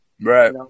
Right